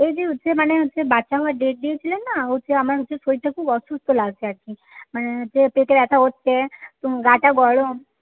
এই যে হচ্ছে মানে হচ্ছে বাচ্চা হওয়ার ডেট দিয়েছিলেন না হচ্ছে আমার হচ্ছে শরীরটা খুব অসুস্থ লাগছে আর কি মানে পেটে ব্যথা করছে গাটা গরম